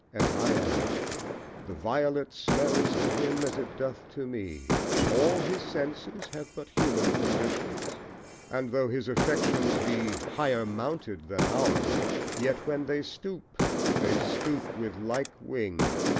as i am the violet smells to him as it doth to me all his senses have but human conditions and though his affections be higher mounted than ours yet when they stoop they stoop with like wing.